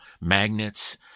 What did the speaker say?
magnets